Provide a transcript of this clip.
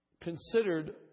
Considered